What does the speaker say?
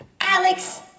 Alex